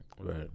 Right